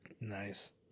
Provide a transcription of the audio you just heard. Nice